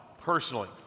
personally